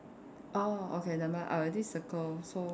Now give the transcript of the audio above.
oh okay never mind I already circle so